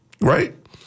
Right